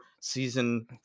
season